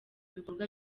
bikorwa